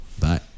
Bye